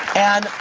and,